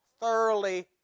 Thoroughly